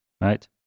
right